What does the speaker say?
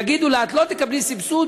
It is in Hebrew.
יגידו לה: את לא תקבלי סבסוד,